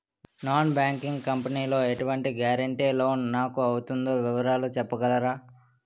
Non banking company లో ఎటువంటి guarantee loan నాకు అవుతుందో వివరాలు చెప్పగలరా?